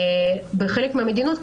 בחלק מהמדינות,